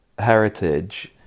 heritage